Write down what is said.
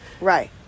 Right